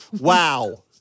wow